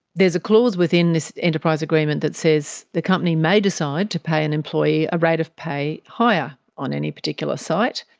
there's a clause within this enterprise agreement that says the company may decide to pay an employee a rate of pay higher on any particular site,